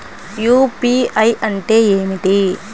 UPI అంటే ఏమిటి?